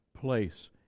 place